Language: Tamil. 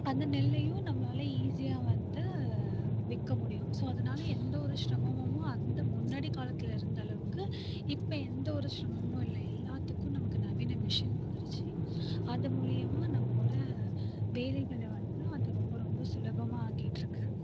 அந்த நெல்லையும் நம்மளால் ஈஸியாக வந்து விற்க முடியும் ஸோ அதனால் எந்த ஒரு சிரமமும் அந்த முன்னாடி காலத்தில் இருந்த அளவுக்கு இப்போ எந்த ஒரு சிரமமும் இல்லை எல்லாத்துக்கும் நமக்கு நவீன மிஷின் வந்துடுச்சு அது மூலிமா நம்மளோடய வேலைகளை வந்து அது ரொம்ப ரொம்ப சுலபமாக ஆக்கிட்டு இருக்குது